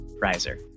riser